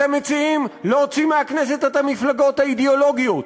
אתם מציעים להוציא מהכנסת את המפלגות האידיאולוגיות,